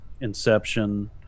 Inception